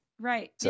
Right